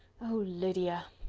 oh, lydia!